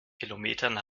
kilometern